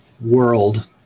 world